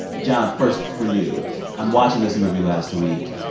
john, first for you i'm watching this movie last week.